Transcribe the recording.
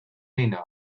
mina